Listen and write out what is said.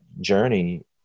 journey